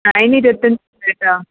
അതിന് ഇരുപത്തി അഞ്ച് റുപ്പ്യാട്ടോ